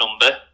number